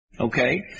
Okay